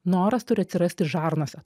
noras turi atsirasti žarnose